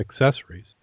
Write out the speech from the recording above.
accessories